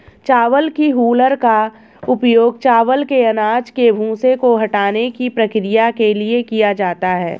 चावल की हूलर का उपयोग चावल के अनाज के भूसे को हटाने की प्रक्रिया के लिए किया जाता है